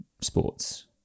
sports